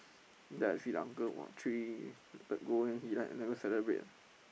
then I see the uncle !wah! three third goal then he like never ah